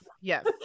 yes